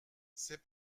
c’est